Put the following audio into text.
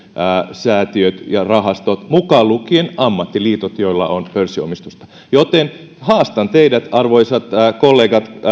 säätiöt ja rahastot mukaan lukien ammattiliitot joilla on pörssiomistusta niin haastan teidät arvoisat kollegat